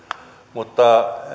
mutta